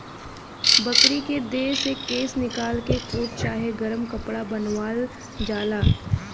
बकरी के देह से केश निकाल के कोट चाहे गरम कपड़ा बनावल जाला